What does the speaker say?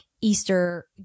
Easter